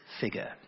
figure